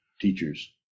teachers